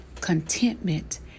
contentment